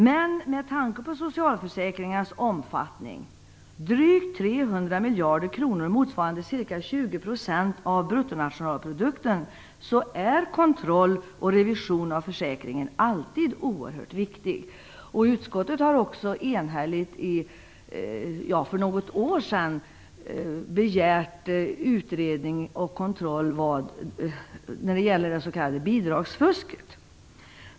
Men med tanke på socialförsäkringens omfattning - drygt 300 miljarder kronor, motsvarande ca 20 % av bruttonationalprodukten - är kontroll och revision av försäkringen alltid oerhört viktig. Utskottet begärde också enhälligt för något år sedan utredning och kontroll när det gäller det s.k. bidragsfusket.